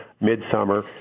mid-summer